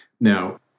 Now